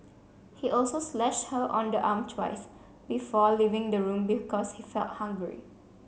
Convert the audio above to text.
he also slashed her on the arm twice before leaving the room because he felt hungry